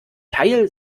teil